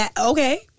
okay